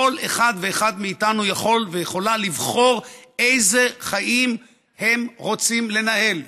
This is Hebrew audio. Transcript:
כל אחד ואחת מאיתנו יכול ויכולה לבחור איזה חיים הם רוצים לנהל,